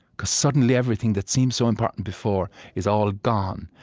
because suddenly, everything that seemed so important before is all gone,